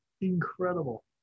incredible